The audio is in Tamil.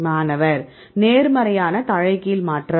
மாணவர் நேர்மறையான தலைகீழ் மாற்றம்